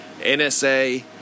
NSA